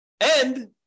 And-